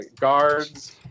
guards